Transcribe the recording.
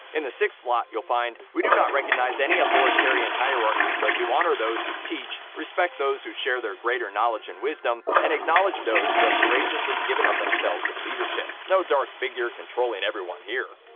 in the sixth slot you'll find we do not recognize any authoritarian hierarchy, but do honor those who teach, respect those who share their greater knowledge and wisdom, and acknowledge those who have courageously given of themselves in leadership. no dark figure controlling everyone here.